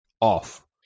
off